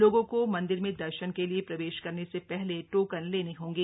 लोगों को मंदिर में दर्शन के लिए प्रवेश करने से पहले टोकन लेने होंगे